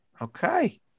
Okay